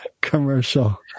commercial